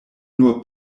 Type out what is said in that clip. nur